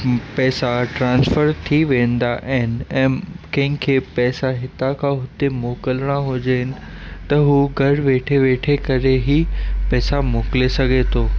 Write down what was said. पैसा ट्रांसफर थी वेंदा आहिनि ऐं कंहिं खे पैसा हितां खां हुते मोकिलिणा हुजेनि त हू घर वेठे वेठे करे ही पैसा मोकिले सघे थो